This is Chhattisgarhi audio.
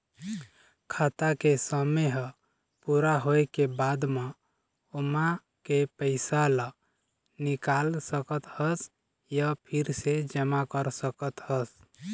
खाता के समे ह पूरा होए के बाद म ओमा के पइसा ल निकाल सकत हस य फिर से जमा कर सकत हस